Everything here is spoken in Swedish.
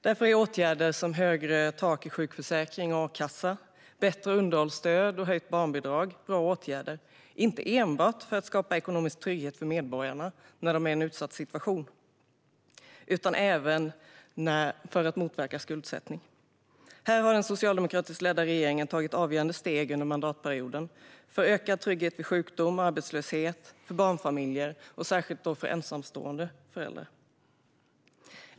Därför är åtgärder som högre tak i sjukförsäkring och a-kassa, bättre underhållsstöd och höjt barnbidrag bra åtgärder, inte enbart för att skapa ekonomisk trygghet för medborgarna när de är i en utsatt situation utan även för att motverka skuldsättning. Här har den socialdemokratiskt ledda regeringen under mandatperioden tagit avgörande steg för ökad trygghet vid sjukdom och arbetslöshet för barnfamiljer och särskilt för ensamstående föräldrar.